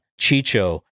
Chicho